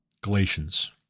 Galatians